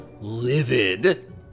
livid